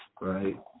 Right